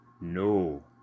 No